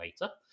later